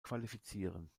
qualifizieren